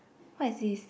what is this